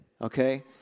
okay